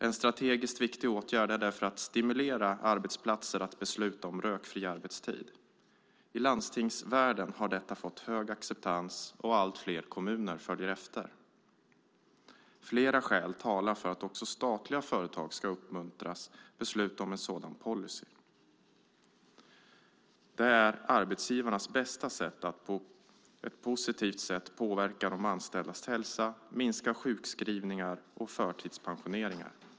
En strategiskt viktig åtgärd är därför att stimulera arbetsplatser att besluta om rökfri arbetstid. I landstingsvärlden har detta fått hög acceptans och allt fler kommuner följer efter. Flera skäl talar för att också statliga företag ska uppmuntras att besluta om en sådan policy. Den är arbetsgivarnas bästa medel att på ett positivt sätt påverka de anställdas hälsa och minska antalet sjukskrivningar och förtidspensioneringar.